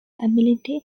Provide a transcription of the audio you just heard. ability